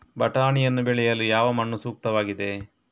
ಬಟಾಣಿಯನ್ನು ಬೆಳೆಯಲು ಯಾವ ಮಣ್ಣು ಸೂಕ್ತವಾಗಿದೆ?